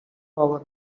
power